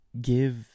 give